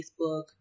Facebook